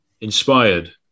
inspired